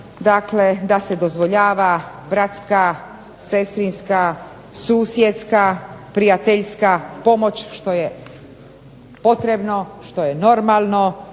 da se dozvoljava bratska, sestrinska, susjedska, prijateljska pomoć što je potrebno, što je normalno